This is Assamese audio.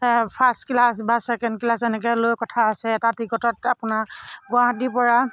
ফাৰ্ষ্ট ক্লাছ বা ছেকেণ্ড ক্লাছ এনেকৈ লৈ কথা আছে এটা টিকটত আপোনাৰ গুৱাহাটীৰ পৰা